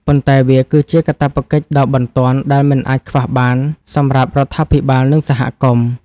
ប៉ុន្តែវាគឺជាកាតព្វកិច្ចដ៏បន្ទាន់ដែលមិនអាចខ្វះបានសម្រាប់រដ្ឋាភិបាល និងសហគមន៍។